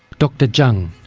dr zhang.